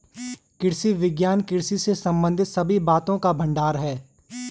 कृषि विज्ञान कृषि से संबंधित सभी बातों का भंडार है